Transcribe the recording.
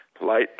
light